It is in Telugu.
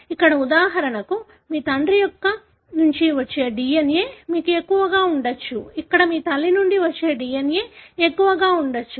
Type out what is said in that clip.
ఇక్కడ ఉదాహరణకు మీ తండ్రి నుండి వచ్చే DNA మీకు ఎక్కువగా ఉండవచ్చు ఇక్కడ మీ తల్లి నుండి వచ్చే DNA ఎక్కువ ఉండవచ్చు